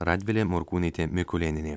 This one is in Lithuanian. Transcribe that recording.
radvilė morkūnaitė mikulėnienė